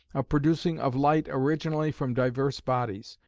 of producing of light originally from divers bodies.